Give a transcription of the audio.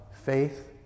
faith